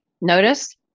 Notice